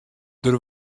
der